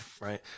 Right